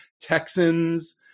Texans